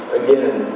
again